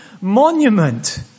monument